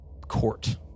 court